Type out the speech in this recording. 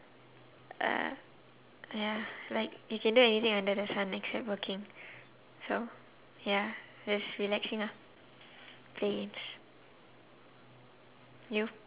uh ya like you can do anything under the sun except working so ya just relaxing ah you